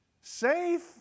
Safe